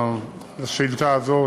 לשאילתה הזאת,